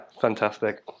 fantastic